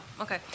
okay